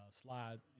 slide